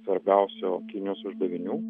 svarbiausių kinijos uždavinių